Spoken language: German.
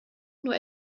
nur